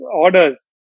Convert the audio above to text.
orders